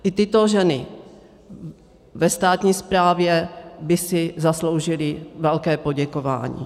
I tyto ženy ve státní správě by si zasloužily velké poděkování.